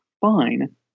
fine